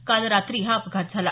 काल रात्री हा अपघात झाला